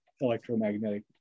electromagnetic